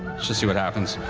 just see what happens.